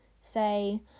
say